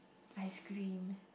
ice cream